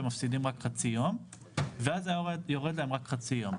ומפסידים חצי יום ואז היה יורד להם רק חצי יום.